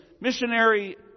missionary